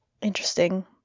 interesting